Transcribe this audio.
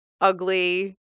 ugly